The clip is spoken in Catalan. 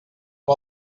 amb